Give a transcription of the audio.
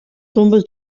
tombes